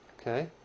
okay